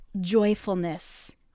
joyfulness